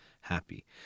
happy